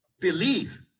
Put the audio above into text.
believe